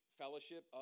fellowship